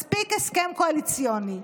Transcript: מספיק הסכם קואליציוני.